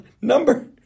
number